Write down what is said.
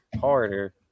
harder